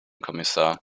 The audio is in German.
kommissar